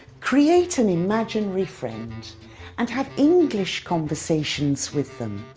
create an imaginary friend and have english conversations with them.